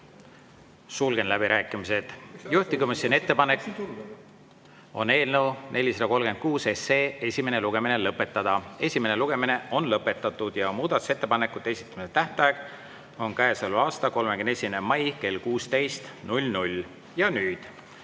Sulgen läbirääkimised. Juhtivkomisjoni ettepanek on eelnõu 436 esimene lugemine lõpetada. Esimene lugemine on lõpetatud. Muudatusettepanekute esitamise tähtaeg on käesoleva aasta 31. mai kell 16. Ja nüüd